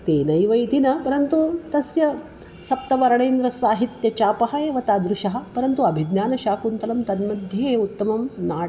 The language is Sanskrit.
तेनैव इति न परन्तु तस्य सप्तवर्णेन्द्रसाहित्यचापः एव तादृशः परन्तु अभिज्ञानशाकुन्तलं तन्मध्ये उत्तमं नाटकं